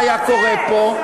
מה היה קורה פה.